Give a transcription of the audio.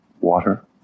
water